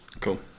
cool